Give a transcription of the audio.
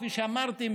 כפי שאמרתי,